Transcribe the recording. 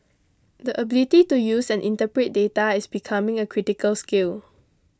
the ability to use and interpret dairy is becoming a critical skill